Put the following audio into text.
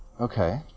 Okay